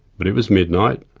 but it was midnight,